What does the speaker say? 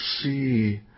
see